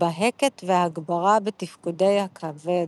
בהקת והגברה בתפקודי הכבד.